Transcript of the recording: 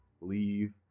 leave